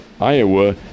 Iowa